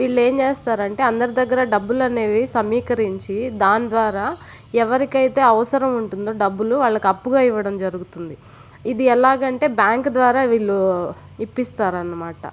వీళ్ళేం చేస్తారంటే అందరి దగ్గర డబ్బులు అనేవి సమీకరించి దాని ద్వారా ఏవరికైతే అవసరము ఉంటుందో డబ్బులు వాళ్లకి అప్పుగా ఇవ్వడం జరుగుతుంది ఇది ఎలాగంటే బ్యాంక్ ద్వారా వీళ్ళు ఇప్పిస్తారన్నమాట